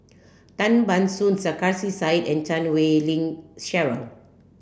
Tan Ban Soon Sarkarsi Said and Chan Wei Ling Cheryl